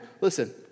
Listen